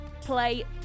play